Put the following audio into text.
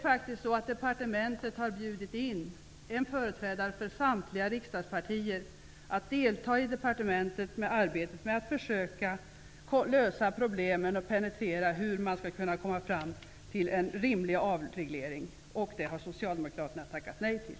Departementet har faktiskt bjudit in en företrädare för samtliga riksdagspartier att delta i departementets arbete med att försöka lösa problemen och penetrera hur man skall kunna komma fram till en rimlig avreglering. Denna inbjudan har Socialdemokraterna tackat nej till.